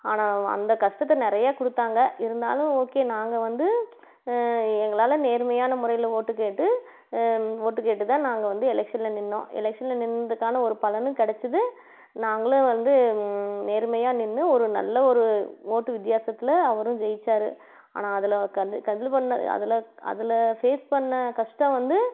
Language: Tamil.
ஆனால் அந்த கஷ்டத்தை நிறையா கொடுத்தாங்க இருந்தாலும் ஓகே நாங்கள் வந்து எங்களால் நேர்மையான முறையில் ஓட்டு கேட்டு ஓட்டு கேட்டு தான் நாங்கள் வந்து எலெக்ஷனில் நின்றோம் எலெக்ஷனில் நின்றதுக்கான ஒரு பலனும் கிடைச்சிது நாங்களும் வந்து நேர்மையாக நின்று ஒரு நல்ல ஒரு ஓட்டு வித்தியாசத்தில் அவரும் ஜெயித்தாரு ஆனால் அதில் அதில் அதில் ஃபேஸ் பண்ண கஷ்டம் வந்து